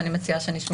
ואני מציעה שנשמע אותם.